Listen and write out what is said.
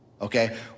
Okay